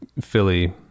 Philly